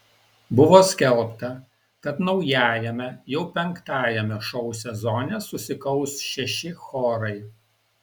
buvo skelbta kad naujajame jau penktajame šou sezone susikaus šeši chorai